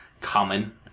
common